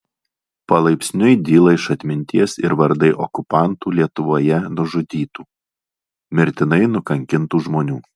palaipsniui dyla iš atminties ir vardai okupantų lietuvoje nužudytų mirtinai nukankintų žmonių